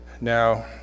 Now